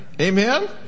Amen